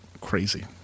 crazy